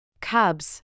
Cubs